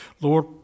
Lord